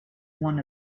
one